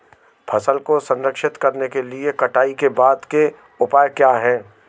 फसल को संरक्षित करने के लिए कटाई के बाद के उपाय क्या हैं?